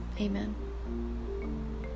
Amen